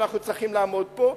שאנחנו צריכים לעמוד פה,